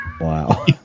Wow